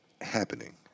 happening